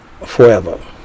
forever